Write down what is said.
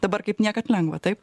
dabar kaip niekad lengva taip